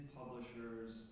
publishers